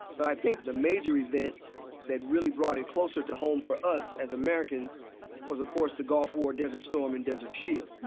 but i think the major event that really brought it closer to home for us as americans was, of course, the gulf war, desert storm, and desert shield,